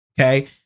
okay